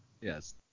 yes